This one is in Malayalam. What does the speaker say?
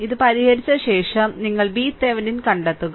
ഇത് പരിഹരിച്ച ശേഷം നിങ്ങൾ VThevenin കണ്ടെത്തുക